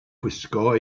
gwisgo